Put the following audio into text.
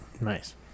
Nice